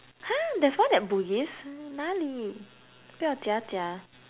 !huh! there's one at Bugis 哪里不要假假